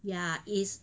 ya is